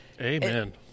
Amen